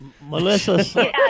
Melissa